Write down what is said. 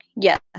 yes